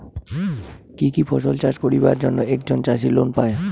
কি কি ফসল চাষ করিবার জন্যে একজন চাষী লোন পায়?